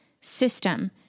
system